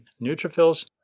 neutrophils